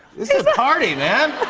this is a party, man.